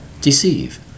deceive